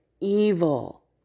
evil